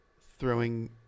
throwing